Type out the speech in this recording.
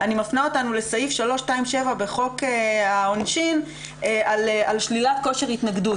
אני מפנה אותנו לסעיף 327 בחוק העונשין על שלילת כושר התנגדות.